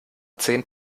zehn